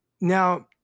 now